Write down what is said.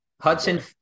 Hudson